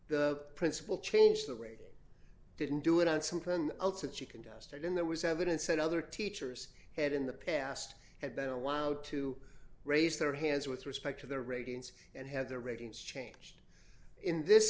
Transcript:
the principal change the rating didn't do it on something else that she contested in there was evidence that other teachers had in the past had been a wild to raise their hands with respect to their ratings and had their ratings changed in this